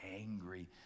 angry